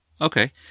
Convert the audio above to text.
Okay